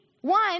one